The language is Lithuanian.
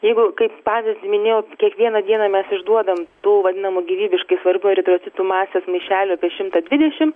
jeigu kaip pavyzdį minėjot kiekvieną dieną mes išduodam tų vadinamų gyvybiškai svarbių eritrocitų masės maišelių apie šimtą dvidešim